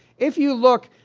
if you look,